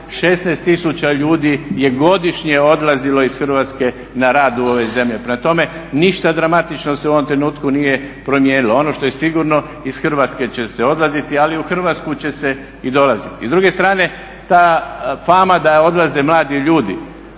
tisuća ljudi je godišnje odlazilo iz Hrvatske na rad u ove zemlje. Prema tome, ništa dramatično se u ovom trenutku nije promijenilo. Ono što je sigurno, iz Hrvatske će se odlaziti ali u Hrvatsku će se i dolaziti. I s druge strane ta fama da odlaze mladi ljudi.